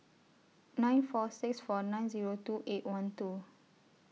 nine four six four nine Zero two eight one two